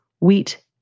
wheat